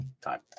time